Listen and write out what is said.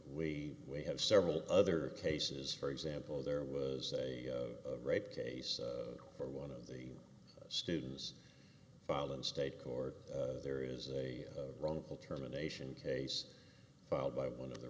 we we have several other cases for example there was a rape case for one of the students filed in state court there is a wrongful termination case filed by one of the